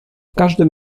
każdym